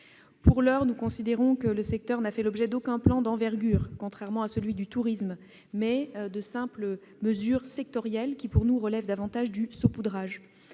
Pour l'heure, nous considérons que la culture n'a fait l'objet d'aucun plan d'envergure, contrairement au secteur du tourisme : elle n'a bénéficié que de simples mesures sectorielles, qui, pour nous, relèvent davantage du saupoudrage.